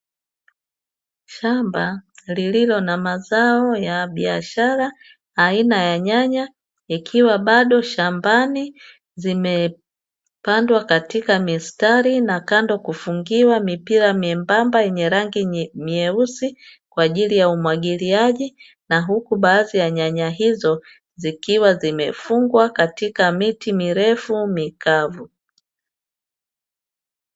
Shamba lililo na mazao ya biashara aina ya nyanya yakiwa bado shambani, zimepandwa katika mistari na kando kufungiwa mipira miembamba yenye rangi nyeusi kwa ajili ya umwagiliaji, na huku baadhi ya nyanya hizo zikiwa zimefungwa katika miti mirefu mikavu.